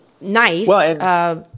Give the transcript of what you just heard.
nice